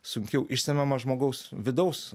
sunkiau išsemiamą žmogaus vidaus